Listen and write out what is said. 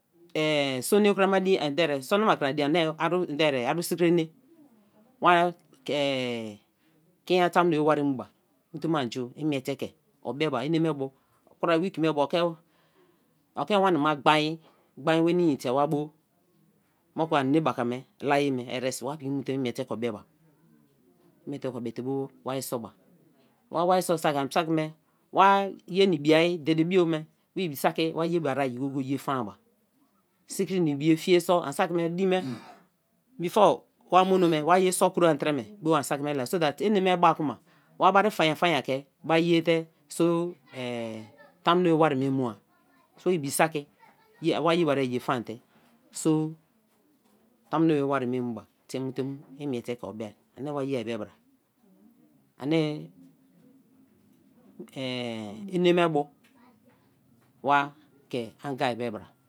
sonlo krakra din sonoma krama din ani aru sikri ene: wa kini nyana tamuno be wari mu ba, wa mu te mu imiete ke obe ba eneme bu weeki me bu oki wani gbain, gbain nwenii te wa bo moku ani enebaka me la-e me ere si wa piki mu te imiete ke obe ba. imiete ke obe te mu wari so ba, wa wari so sak me, an sak me wa ye ne bia, dede bio me wa ibi sak wa ye ba ria go-go-e ye faa ba sikrina i biyie, fie sor before wa mono me ye sor kroma treme bo an sak me la so that eneme ba kuma wa bari fanyan fanyan ke bai ye te so tamuno be wari me mua so i bi saki wa ye barie ye faa n̍te so tamuno be wari me mu ba te mu imiete ke obe ani wa ye be bra ani ene me bu wa ke anga be bra.